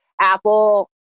Apple